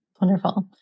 Wonderful